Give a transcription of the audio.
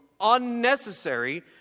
unnecessary